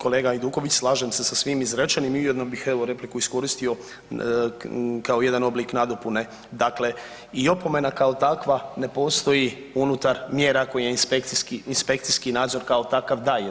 Kolega Hajduković, slažem se sa svim izrečenim i ujedno bih evo repliku iskoristio kao jedan oblik nadopune, dakle i opomena kao takva ne postoji unutar mjera koje inspekcijski nadzor kao takve daje.